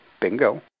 bingo